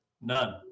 None